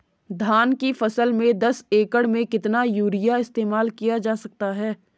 धान की फसल में दस एकड़ में कितना यूरिया इस्तेमाल किया जा सकता है?